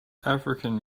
african